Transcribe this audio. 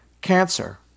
cancer